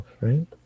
right